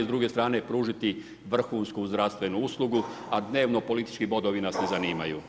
S druge strane pružiti vrhunsku zdravstvenu uslugu, a dnevno politički bodovi nas ne zanimaju.